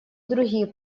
другие